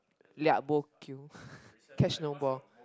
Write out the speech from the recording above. ya liak bo kiu catch no ball